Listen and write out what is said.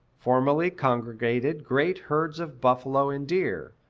formerly congregated great herds of buffalo and deer,